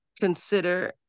consider